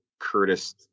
curtis